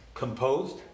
Composed